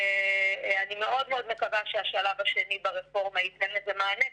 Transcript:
ואני מאוד מאוד מקווה שהשלב השני ברפורמה ייתן לזה מענה,